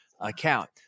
account